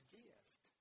gift